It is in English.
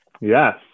Yes